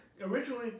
originally